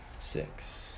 Six